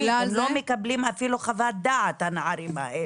הם לא מקבלים אפילו חוות דעת, הנערים האלה.